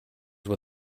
what